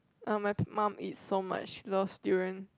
uh my mum eats so much loves durian